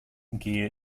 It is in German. gel